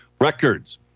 records